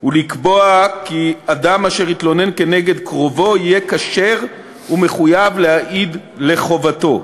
ולקבוע כי אדם אשר התלונן נגד קרובו יהיה כשר ומחויב להעיד לחובתו.